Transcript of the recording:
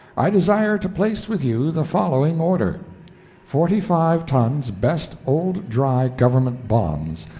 i desire to place with you the following order forty-five tons best old dry government bonds,